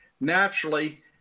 naturally